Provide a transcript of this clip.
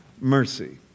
mercy